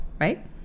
right